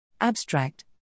ABSTRACT